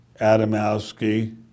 Adamowski